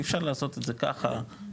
אי אפשר לעשות את זה ככה בהיחבא,